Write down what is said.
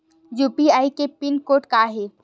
UPI के PIN code का हे?